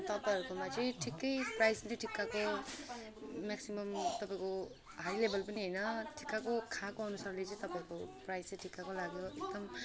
तपाईँहरूकोमा चाहिँ ठिक्कै प्राइज पनि ठिक्कको मेक्सिमम् तपाईँको हाई लेभल पनि होइन ठिक्कको खाएको अनुसारले चाहिँ तपाईँको प्राइज चाहिँ ठिक्कको लाग्यो एकदम